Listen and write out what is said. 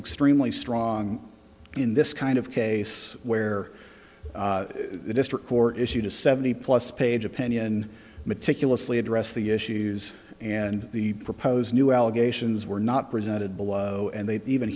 extremely strong in this kind of case where the district court issued a seventy plus page opinion meticulously addressed the issues and the proposed new allegations were not presented below and they even